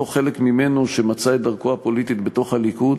חלק ממנו שמצא את דרכו הפוליטית בתוך הליכוד.